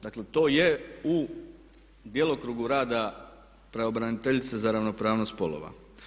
Dakle to je u djelokrugu rada pravobraniteljice za ravnopravnost spolova.